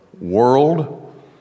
world